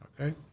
okay